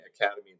academy